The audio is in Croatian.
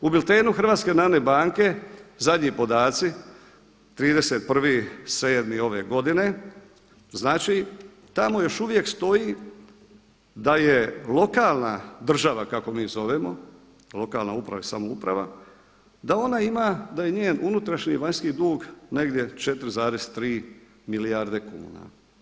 U biltenu HNB-a zadnji podaci 31.7. ove godine tamo još uvijek stoji da je lokalna država kako mi zovemo, lokalna uprava i samouprava, da ona ima da je njen unutarnji i vanjski dug negdje 4,3 milijarde kuna.